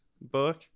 book